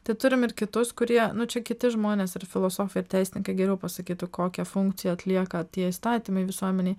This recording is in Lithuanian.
tai turim ir kitus kurie nu čia kiti žmonės ir filosofija ir teisininkai geriau pasakytų kokią funkciją atlieka tie įstatymai visuomenėj